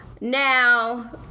Now